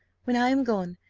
when i am gone,